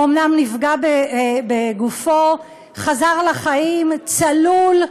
הוא אומנם נפגע בגופו, חזר לחיים, צלול.